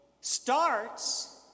starts